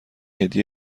هدیه